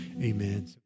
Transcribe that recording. amen